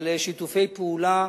של שיתופי פעולה,